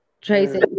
Tracy